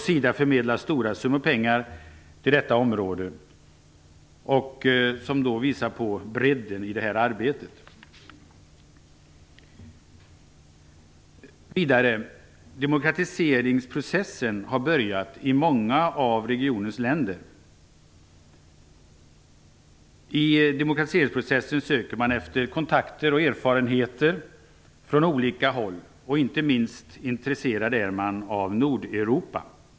SIDA förmedlar stora summor pengar till detta område, vilket visar på bredden i arbetet. Vidare: Demokratiseringsprocessen har börjat i många av regionens länder. Man söker då kontakter och erfarenheter från olika håll, och man är inte minst intresserad av Nordeuropa.